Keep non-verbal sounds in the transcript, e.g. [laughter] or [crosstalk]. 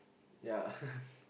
ya [laughs]